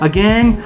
Again